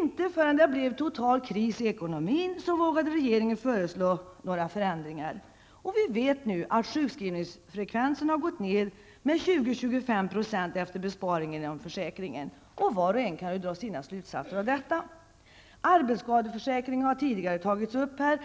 Inte förrän det blev total kris i ekonomin vågade regeringen föreslå några förändringar. Och vi vet nu att sjukskrivningsfrekvensen har gått ner med 20-- 25 % efter besparingen inom försäkringen. Var och en kan ju dra sina slutsatser av detta. Arbetsskadeförsäkringen har tidigare berörts här.